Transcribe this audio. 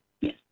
Yes